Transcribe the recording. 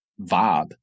vibe